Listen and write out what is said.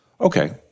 Okay